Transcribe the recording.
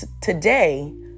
today